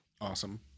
Awesome